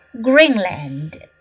Greenland